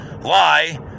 lie